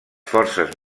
forces